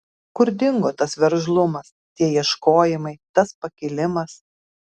kur dingo tas veržlumas tie ieškojimai tas pakilimas